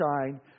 shine